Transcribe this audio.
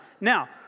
Now